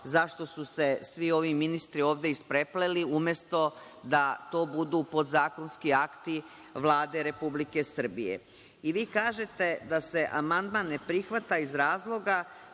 zašto su se svi ovi ministri ovde isprepleli, umesto da to budu podzakonski akti Vlade Republike Srbije. Vi kažete da se amandman ne prihvata iz razloga